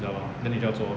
ya lor then 你就要做 lor